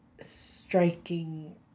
striking